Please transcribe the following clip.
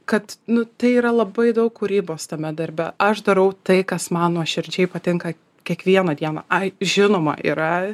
kad nu tai yra labai daug kūrybos tame darbe aš darau tai kas man nuoširdžiai patinka kiekvieną dieną ai žinoma yra